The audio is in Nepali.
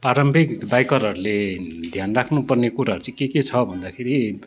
पारम्भिक बाइकरहरूले ध्यान राख्नु पर्ने कुराहरू चाहिँ के के छ भन्दाखेरि